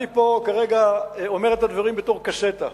אני פה כרגע אומר את הדברים בתור קסטה,